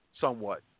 somewhat